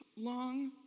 long